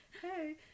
Hey